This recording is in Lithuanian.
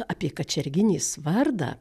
apie kačerginės vardą